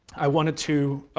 i wanted to,